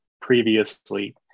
previously